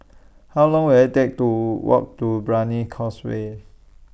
How Long Will IT Take to Walk to Brani Causeway